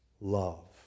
love